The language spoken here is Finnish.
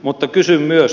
mutta kysyn myös